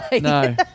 No